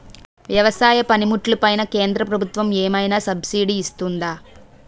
వ్యవసాయ పనిముట్లు పైన కేంద్రప్రభుత్వం ఏమైనా సబ్సిడీ ఇస్తుందా?